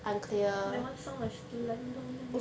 that [one] sound like slender man